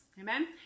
Amen